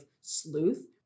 sleuth